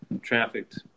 trafficked